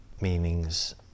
meanings